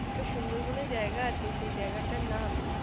একটা সুন্দরবনে জায়গা আছে সেই জায়গাটার নাম